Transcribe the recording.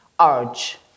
urge